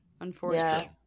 Unfortunately